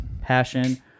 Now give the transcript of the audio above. passion